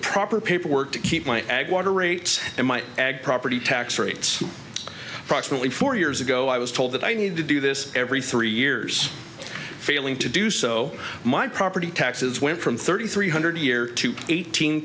proper paperwork to keep my ag water rates and my egg property tax rates approximately four years ago i was told that i need to do this every three years failing to do so my property taxes went from thirty three hundred year to eighteen